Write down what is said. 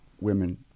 women